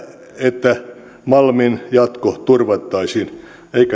että malmin jatko turvattaisiin